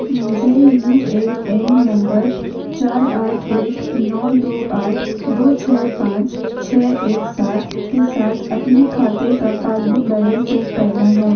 मुझे U A N number चार आठ एक नौ दो आठ दो छः पाँच छः एक सात के साथ अपने खाते का पासबुक बैलेन्स चेक करना है